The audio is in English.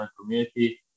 community